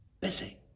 busy